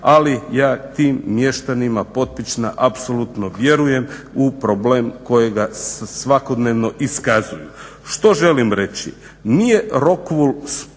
ali ja tim mještanima Potpična apsolutno vjerujem u problem kojega svakodnevno iskazuju. Što želim reći? Nije Rockwooll sporan,